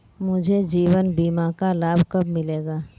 मुझे जीवन बीमा का लाभ कब मिलेगा?